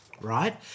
right